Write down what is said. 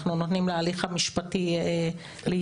אנחנו נותנים להליך המשפטי להתנהל.